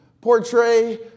portray